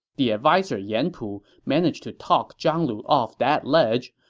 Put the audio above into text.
the adviser yan pu managed to talk zhang lu off that ledge,